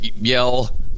yell